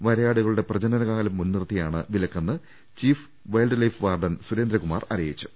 വരയാടുകളുടെ പ്രജനന കാലം മുൻനിർത്തിയാണ് വിലക്കെന്ന് ചീഫ് വൈൽഡ്ലൈഫ് വാർഡൻ സുരേന്ദ്രകുമാർ അറിയിച്ചു